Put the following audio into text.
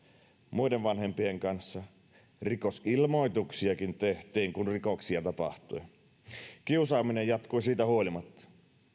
muiden vanhempien kanssa rikosilmoituksiakin tehtiin kun rikoksia tapahtui kiusaaminen jatkui siitä huolimatta